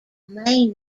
may